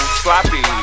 sloppy